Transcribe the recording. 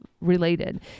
related